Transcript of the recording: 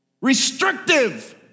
restrictive